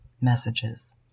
messages